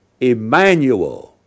Emmanuel